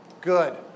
Good